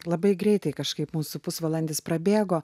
labai greitai kažkaip mūsų pusvalandis prabėgo